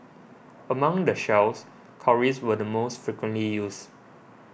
among the shells cowries were the most frequently used